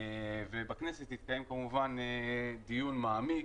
ובכנסת יתקיים כמובן דיון מעמיק.